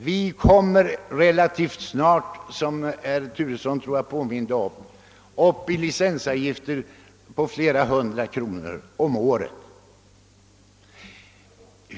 Vi kommer, som jag tror att herr Turesson påminde om, relativt snart upp i en licensavgift på flera hundra kronor om året.